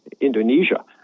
Indonesia